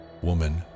Woman